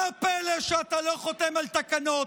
מה הפלא שאתה לא חותם על תקנות?